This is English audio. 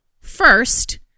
First